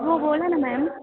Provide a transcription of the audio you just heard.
हो बोला ना मॅम